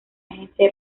agencia